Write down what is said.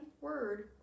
Word